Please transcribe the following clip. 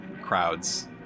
crowds